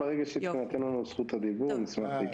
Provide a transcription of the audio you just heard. ברגע שתינתן לנו זכות הדיבור, נשמח להתייחס.